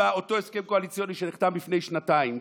באותו הסכם קואליציוני שנחתם לפני שנתיים,